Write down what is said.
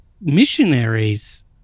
missionaries